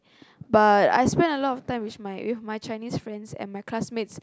but I spend a lot of time with my with my Chinese friends and my classmates